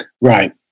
Right